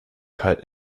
cut